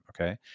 Okay